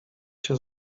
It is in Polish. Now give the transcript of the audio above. się